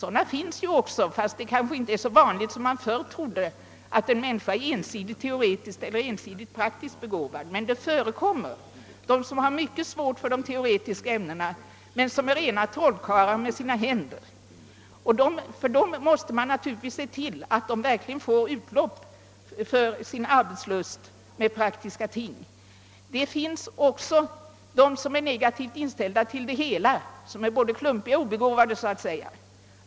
Det finns sådana också, även om de kanske inte är så vanliga som man förr trodde, då man ansåg att en människa var antingen ensidigt praktiskt eller ensidigt teoretiskt begåvad. Vi har elever som har mycket svårt för sig i de teoretiska ämnena men som är rena trollkarlar med sina händer. De måste givetvis få utlopp för sin verksamhetslust och ha möjligheter att syssla med praktiska ting. Vi har andra elever som är negativt inställda till all undervisning, som är både klumpiga och obegåvade så att säga.